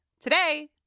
today